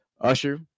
Usher